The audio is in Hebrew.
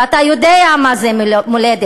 ואתה יודע מה זו מולדת,